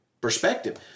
perspective